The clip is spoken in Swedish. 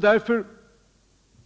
Därför,